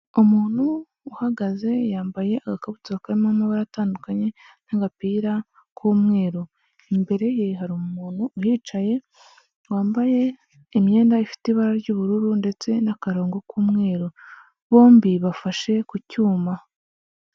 Umuntu uhagaze yambaye agakabutura karimo amabara atandukanye n'agapira k'umweru, imbere ye hari umuntu uhicaye wambaye imyenda ifite ibara ry'ubururu ndetse n'akarongo k'umweru, bombi bafashe ku cyuma.